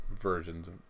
versions